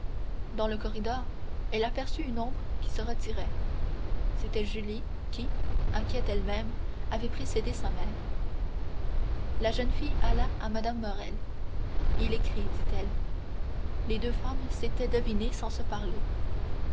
dans le corridor elle aperçut une ombre qui se retirait c'était julie qui inquiète elle-même avait précédé sa mère la jeune fille alla à mme morrel il écrit dit-elle les deux femmes s'étaient devinées sans se parler